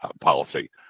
policy